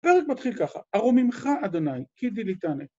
הפרק מתחיל ככה: ארוממך, אדוני, כי דיליתני.